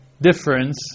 difference